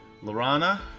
Lorana